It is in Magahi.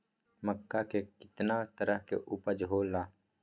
मक्का के कितना तरह के उपज हो ला?